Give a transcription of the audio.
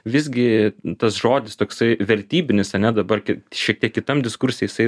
visgi tas žodis toksai vertybinis ane dabar gi šiek tiek kitam diskurse jisai